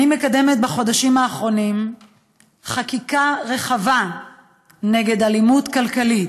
אני מקדמת בחודשים האחרונים חקיקה רחבה נגד אלימות כלכלית,